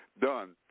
done